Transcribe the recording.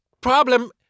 problem